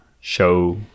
show